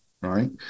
Right